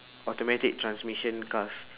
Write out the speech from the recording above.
automatic transmission cars